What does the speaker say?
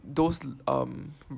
those um